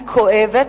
אני כואבת,